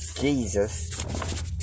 Jesus